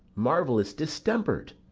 marvellous distempered.